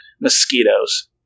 mosquitoes